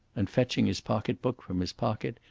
and, fetching his pocket-book from his pocket,